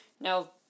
now